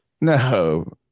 no